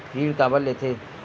ऋण काबर लेथे?